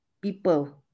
people